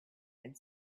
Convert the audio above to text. had